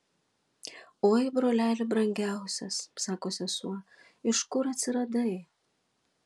oi broleli brangiausias sako sesuo iš kur atsiradai